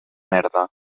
merda